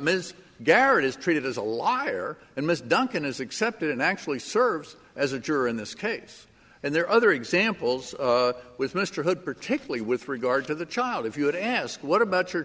ms garrett is treated as a liar and ms duncan is accepted and actually serves as a juror in this case and there are other examples with mr hood particularly with regard to the child if you would ask what about